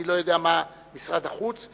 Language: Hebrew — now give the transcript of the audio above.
אני לא יודע מה משרד החוץ.